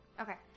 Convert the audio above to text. Okay